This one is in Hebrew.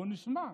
בוא נשמע.